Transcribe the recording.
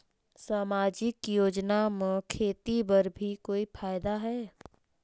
समाजिक योजना म खेती बर भी कोई फायदा है?